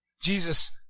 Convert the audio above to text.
Jesus